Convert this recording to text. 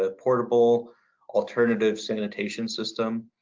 ah portable alternative sanitation system.